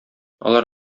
алар